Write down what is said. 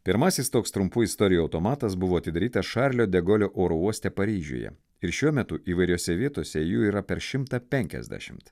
pirmasis toks trumpų istorijų automatas buvo atidarytas šarlio de golio oro uoste paryžiuje ir šiuo metu įvairiose vietose jų yra per šimtą penkiasdešimt